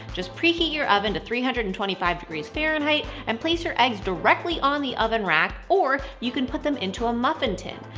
just pre-heat your oven to three hundred and twenty five degrees fahrenheit and place your eggs directly on the oven rack or you can put them into a muffin tin.